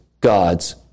God's